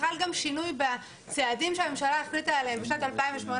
חל גם שינוי בצעדים שהממשלה החליטה עליהם בשנת 2018,